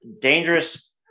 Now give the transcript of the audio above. Dangerous